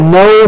no